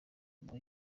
nawe